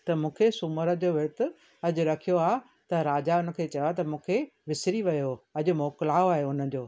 त मूंखे सूमर जो विर्तु अॼु रखियो आहे त राजा हुनखे चयो त मूंखे विसरी वियो अॼु मोकिलाउ आहे उनजो